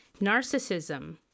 Narcissism